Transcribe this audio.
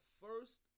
first